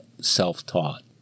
self-taught